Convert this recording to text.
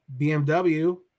bmw